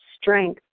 strength